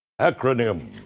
Acronym